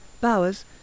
bowers